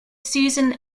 susan